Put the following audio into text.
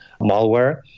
malware